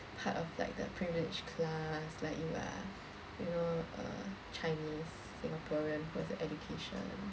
part of like the privileged class like you are you know a chinese singaporean who has education